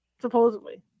supposedly